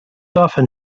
often